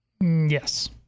Yes